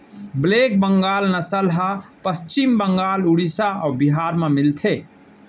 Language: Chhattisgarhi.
ब्लेक बंगाल नसल ह पस्चिम बंगाल, उड़ीसा अउ बिहार म मिलथे